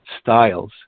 styles